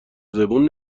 زبون